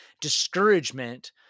Discouragement